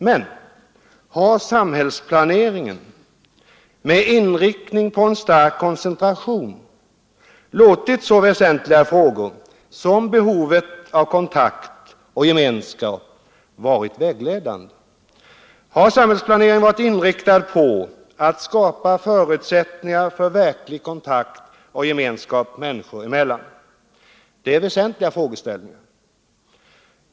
Men har samhällsplaneringen med inriktning på en stark koncentration låtit så väsentliga frågor som behovet av kontakt och gemenskap vara vägledande? Har samhällsplaneringen varit inriktad på att skapa förutsättningar för verklig kontakt och gemenskap människor emellan? Det är väsentliga frågeställningar.